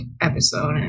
episode